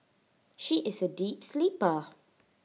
she is A deep sleeper